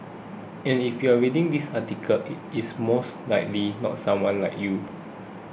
and if you are reading this article it is most likely not someone like you